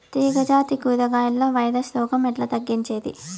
తీగ జాతి కూరగాయల్లో వైరస్ రోగం ఎట్లా తగ్గించేది?